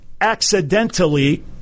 accidentally